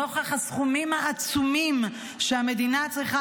נוכח הסכומים העצומים שהמדינה צריכה